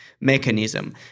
mechanism